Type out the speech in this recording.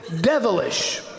devilish